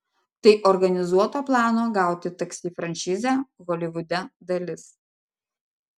tai organizuoto plano gauti taksi franšizę holivude dalis